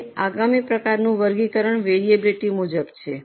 હવે આગામી પ્રકારનું વર્ગીકરણ વરીઅબીલીટી મુજબ છે